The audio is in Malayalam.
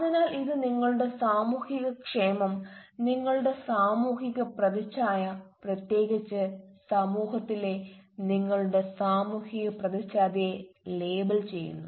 അതിനാൽ ഇത് നിങ്ങളുടെ സാമൂഹിക ക്ഷേമം നിങ്ങളുടെ സാമൂഹിക പ്രതിച്ഛായ പ്രത്യേകിച്ച് സമൂഹത്തിലെ നിങ്ങളുടെ സാമൂഹിക പ്രതിച്ഛായയെ ലേബൽ ചെയ്യുന്നു